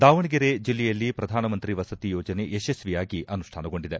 ದಾವಣಗೆರೆ ಜೆಲ್ಲೆಯಲ್ಲಿ ಪ್ರಧಾನ ಮಂತ್ರಿ ವಸತಿ ಯೋಜನೆ ಯಶಸ್ವಿಯಾಗಿ ಅನುಷ್ಟಾನಗೊಂಡಿದೆ